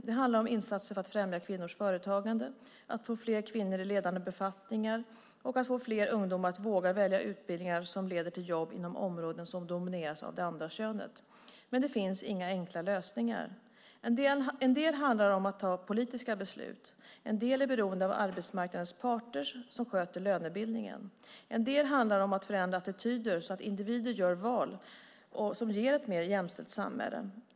Det handlar om insatser för att främja kvinnors företagande, att få fler kvinnor i ledande befattningar och att få fler ungdomar att våga välja utbildningar som leder till jobb inom områden som domineras av det andra könet. Det finns inga enkla lösningar. En del handlar om att ta politiska beslut. En del är beroende av arbetsmarknadens parter som sköter lönebildningen. En del handlar om att förändra attityder så att individer gör val som ger ett mer jämställt samhälle.